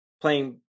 playing